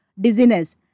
dizziness